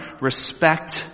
respect